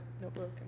notebook